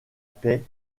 paix